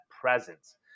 presence